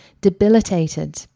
debilitated